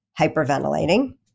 hyperventilating